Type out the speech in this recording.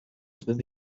husband